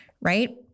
right